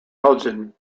elgin